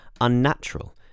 unnatural